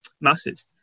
masses